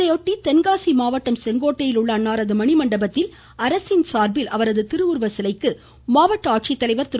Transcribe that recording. இதையொட்டி தென்காசி மாவட்டம் செங்கோட்டையில் உள்ள அன்னாரது மணிமண்டபத்தில் அரசு சார்பில் அவரது திருவுருவச்சிலைக்கு மாவட்ட ஆட்சித்தலைவர் திரு